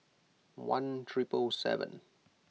one triple seven